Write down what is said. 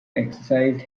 exercised